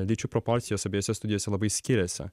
lyčių proporcijos abiejose studijose labai skiriasi